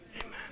Amen